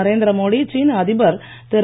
நரேந்திர மோடி சீன அதிபர் திரு